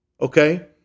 Okay